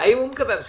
האם הוא מקבל?